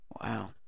Wow